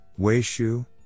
Weishu